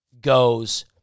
goes